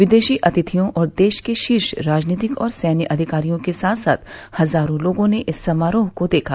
विदेशी अतिथियों और देश के शीर्ष राजनीतिक और सैन्य अधिकारियों के साथ साथ हजारों लोगों ने इस समारोह को देखा